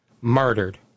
murdered